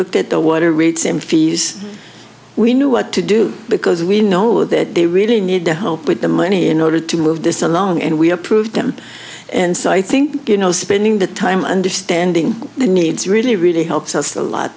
looked at the water rates and fees we knew what to do because we know that they really need to hope with the money in order to move this along and we approved them and so i think you know spending the time understanding the needs really really helps us a lot